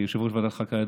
כיושב-ראש ועדת החוקה,